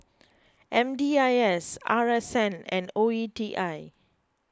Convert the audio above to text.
M D I S R S N and O E T I